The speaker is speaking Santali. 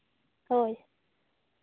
ᱦᱳᱭ